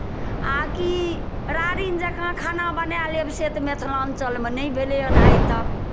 आ कि रारिन जँका खाना बनाए लेब से तऽ मिथिलाञ्चलमे नहि भेलै हन आइतक